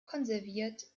konserviert